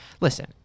listen